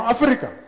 Africa